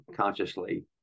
consciously